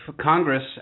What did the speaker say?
Congress